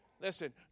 Listen